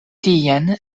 tien